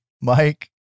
Mike